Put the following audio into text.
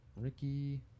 Ricky